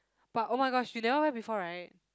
but oh-my-gosh you never wear before right